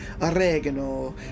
oregano